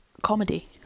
Comedy